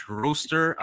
roaster